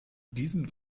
diesem